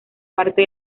parte